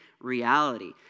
reality